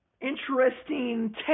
Interesting